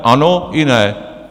Ano i ne.